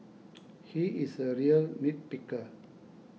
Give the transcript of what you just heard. he is a real nit picker